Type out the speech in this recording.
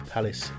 Palace